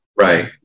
right